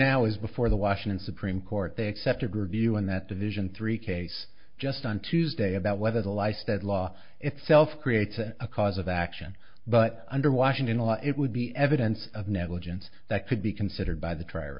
now is before the washington supreme court they accept a group view in that division three case just on tuesday about whether the life state law itself creates a cause of action but under washington a law it would be evidence of negligence that could be considered by the trier